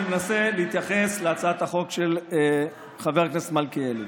אני מנסה להתייחס להצעת החוק של חבר הכנסת מלכיאלי.